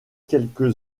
quelque